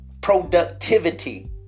productivity